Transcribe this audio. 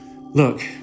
Look